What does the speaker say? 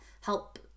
help